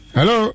Hello